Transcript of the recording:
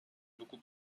beaucoup